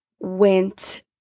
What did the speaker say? went